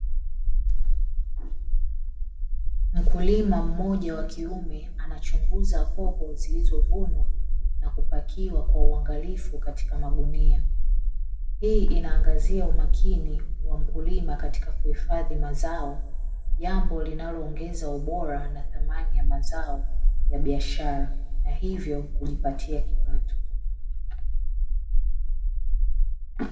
Mkulima mmoja wa kiume anachunguza hoho, zilizovunwa na kupakiwa kwa uangalifu katika magunia. Hii inaangazia umakini wa mkulima katika kuhifadhi mazao, jambo linaloongeza ubora na thamani ya mazao ya biashara na hivyo kujipatia kipato.